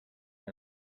her